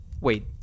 Wait